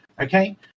okay